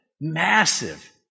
Massive